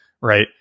right